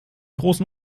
großen